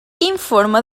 informe